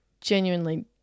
genuinely